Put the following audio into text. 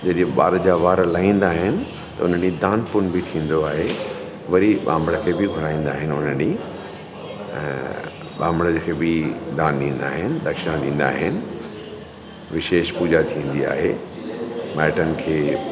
जॾहिं ॿार जा वार लहींदा आहिनि त उन ॾींहुं दान पुञ बि थींदो आहे वरी ॿामण खे बि घुराईंदा आहिनि उन ॾींहं ऐं ॿामण जंहिं खे बि दान ॾींदा आहिनि दक्षिणा ॾींदा आहिनि विशेष पूॼा थींदी आहे माइटनि खे